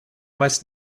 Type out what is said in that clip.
meist